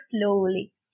slowly